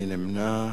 מי נמנע?